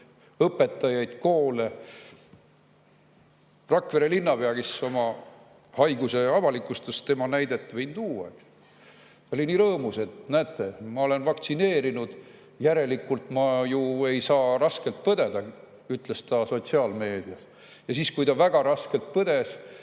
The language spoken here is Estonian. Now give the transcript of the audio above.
õpetajaid, koole. Rakvere linnapea, kes oma haiguse avalikustas – tema näidet võin tuua –, oli nii rõõmus, et näete, ma olen vaktsineeritud, järelikult ma ju ei saa raskelt põdeda, ütles ta sotsiaalmeedias. Ja siis, kui ta nakatus ja väga raskelt põdes,